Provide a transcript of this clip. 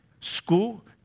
school